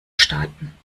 staaten